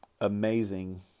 amazing